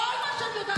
טלי.